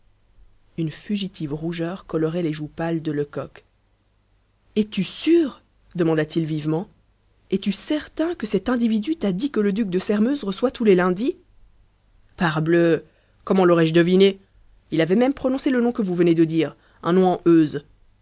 une fugitive rougeur colorait les joues pâles de lecoq es-tu sûr demanda-t-il vivement es-tu certain que cet individu t'a dit que le duc de sairmeuse reçoit tous les lundis parbleu comment l'aurais-je deviné il avait même prononcé le nom que vous venez de dire un nom